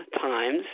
Times